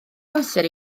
amser